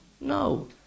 No